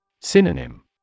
Synonym